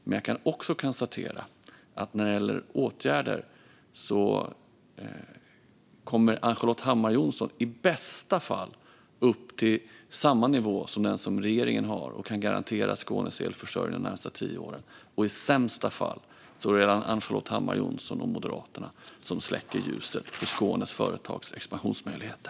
Men jag konstaterar också att Ann-Charlotte Hammar Johnsson i bästa fall kommer upp till samma nivå som regeringens när det gäller åtgärder som kan garantera Skånes elförsörjning de närmaste tio åren. I sämsta fall är det Ann-Charlotte Hammar Johnsson och Moderaterna som släcker ljuset för Skånes företags expansionsmöjligheter.